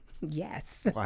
Yes